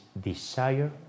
desire